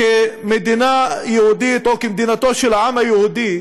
כמדינה יהודית או כמדינתו של העם היהודי,